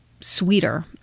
sweeter